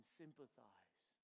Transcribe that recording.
sympathize